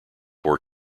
four